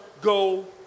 go